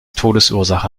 todesursache